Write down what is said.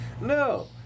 No